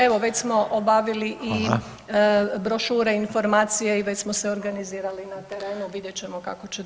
Evo već smo obavili i [[Upadica: Hvala.]] brošure, informacije i već smo se organizirali na terenu vidjet ćemo kako će dalje ići.